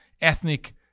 ethnic